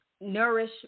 nourish